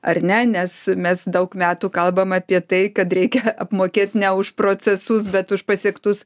ar ne nes mes daug metų kalbam apie tai kad reikia apmokėt ne už procesus bet už pasiektus